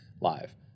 live